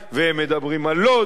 והם מדברים על לוד,